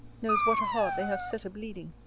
knows what a heart they have set a bleeding.